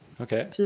Okay